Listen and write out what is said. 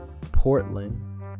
Portland